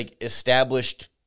established